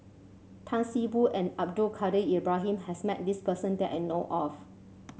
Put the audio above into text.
Tan See Boo and Abdul Kadir Ibrahim has met this person that I know of